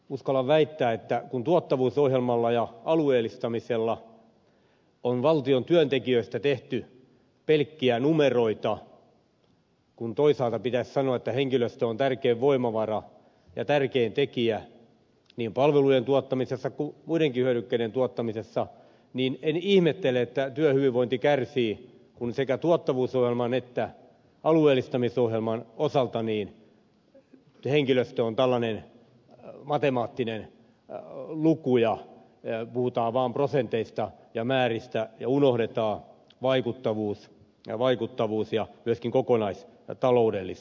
uskallan väittää että kun tuottavuusohjelmalla ja alueellistamisella on valtion työntekijöistä tehty pelkkiä numeroita kun toisaalta pitäisi sanoa että henkilöstö on tärkein voimavara ja tärkein tekijä niin palvelujen tuottamisessa kuin muidenkin hyödykkeiden tuottamisessa niin en ihmettele että työhyvinvointi kärsii kun sekä tuottavuusohjelman että alueellistamisohjelman osalta henkilöstö on tällainen matemaattinen luku ja puhutaan vain prosenteista ja määristä ja unohdetaan vaikuttavuus ja myöskin kokonaistaloudellisuus